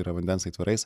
yra vandens aitvarais